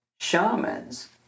shamans